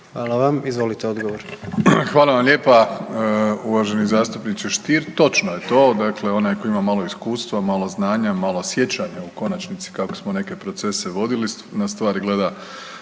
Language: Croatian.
**Plenković, Andrej (HDZ)** Hvala lijepa uvaženi zastupniče Stier točno je to. Dakle, onaj tko ima malo iskustva, malo znanja, malo sjećanja u konačnici kako smo neke procese vodili na stvari gleda